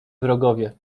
wrogowie